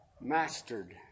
mastered